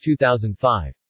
2005